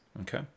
Okay